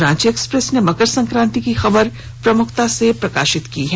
Ranchi Express ने मकर संक्रान्ति की खबर को प्रमुखता से प्रकाशित किया है